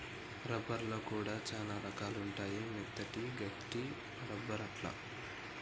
rubber లో కూడా చానా రకాలు ఉంటాయి మెత్తటి, గట్టి రబ్బర్ అట్లా